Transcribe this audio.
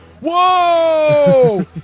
whoa